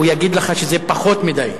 הוא יגיד לך שזה פחות מדי.